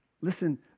listen